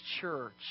church